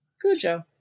Cujo